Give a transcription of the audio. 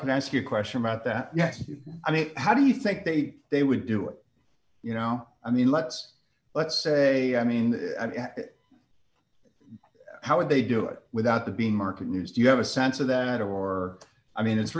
could ask you a question about that yes i mean how do you think they they would do it you know i mean let's let's say i mean how would they do it without the being market news do you have a sense of that or i mean it's